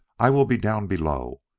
i will be down below.